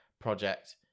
project